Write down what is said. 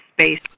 space